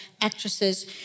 actresses